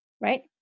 right